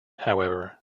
however